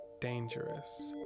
dangerous